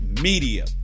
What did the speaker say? media